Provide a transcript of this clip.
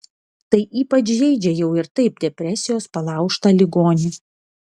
tai ypač žeidžia jau ir taip depresijos palaužtą ligonį